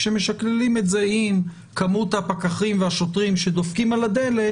כשמשקללים את זה עם כמות הפקחים והשוטרים שדופקים על הדלת,